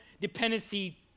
dependency